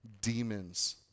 demons